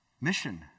Mission